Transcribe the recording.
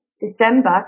December